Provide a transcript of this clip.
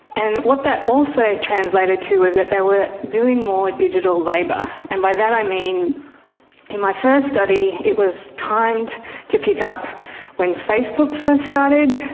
and what that also translated to was that they were doing more digital labour, and by that i mean in my first study it was timed to pick up when facebook first started,